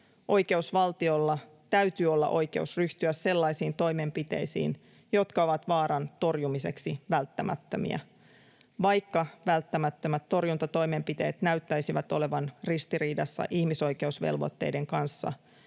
oikeusvaltiolla täytyy olla oikeus ryhtyä sellaisiin toimenpiteisiin, jotka ovat vaaran torjumiseksi välttämättömiä, vaikka välttämättömät torjuntatoimenpiteet näyttäisivät olevan ristiriidassa ihmisoikeusvelvoitteiden kanssa,